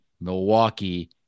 Milwaukee